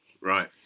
Right